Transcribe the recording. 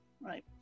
right